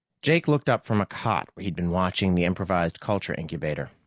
jake looked up from a cot where he'd been watching the improvised culture incubator.